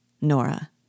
Nora